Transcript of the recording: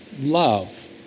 love